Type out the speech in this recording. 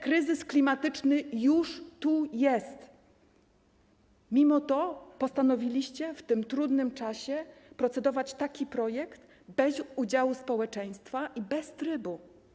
Kryzys klimatyczny już tu jest, mimo to postanowiliście w tym trudnym czasie procedować nad takim projektem bez udziału społeczeństwa i bez trybu.